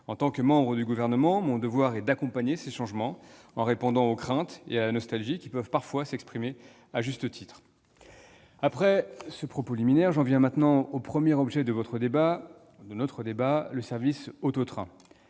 En tant que membre du Gouvernement, mon devoir est d'accompagner ces changements, en répondant aux craintes et à la nostalgie qui peuvent s'exprimer parfois à juste titre. Après ce propos liminaire, j'en viens au premier objet de notre débat : le service auto-train.